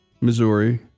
Missouri